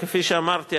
וכפי שאמרתי,